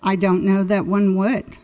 i don't know that one what